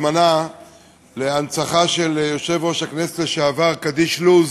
הזמנה להנצחת זכרו של יושב-ראש הכנסת לשעבר קדיש לוז